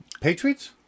Patriots